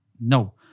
No